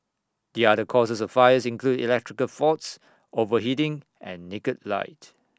the other causes of fires include electrical faults overheating and naked light